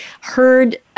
heard